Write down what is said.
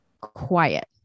quiet